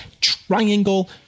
Triangle